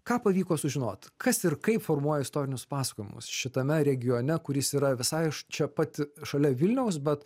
ką pavyko sužinot kas ir kaip formuoja istorinius pasakojimus šitame regione kuris yra visai čia pat šalia vilniaus bet